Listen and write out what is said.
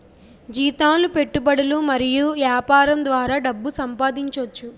జీతాలు పెట్టుబడులు మరియు యాపారం ద్వారా డబ్బు సంపాదించోచ్చు